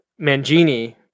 mangini